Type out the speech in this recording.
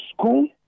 school